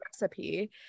recipe